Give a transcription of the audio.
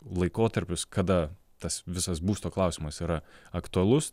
laikotarpius kada tas visas būsto klausimas yra aktualus